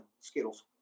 Skittles